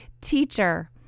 teacher